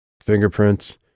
Fingerprints